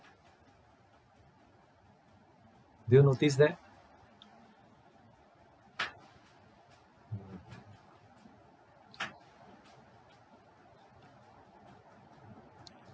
do you notice that